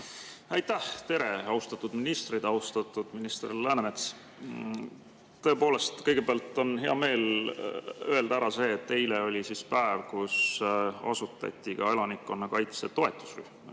Aitäh! Tere, austatud ministrid! Austatud minister Läänemets! Tõepoolest, kõigepealt on hea meel öelda ära see, et eile oli päev, kui asutati elanikkonnakaitse toetusrühm